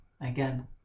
again